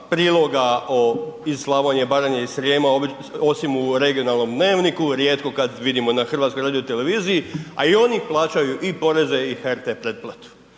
priloga o, iz Slavonije, Baranje i Srijema osim u regionalnom dnevniku, rijetko kad vidimo na HRT-u, a i oni plaćaju i poreze i HRT pretplatu